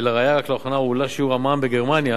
ולראיה, רק לאחרונה הועלה שיעור המע"מ בגרמניה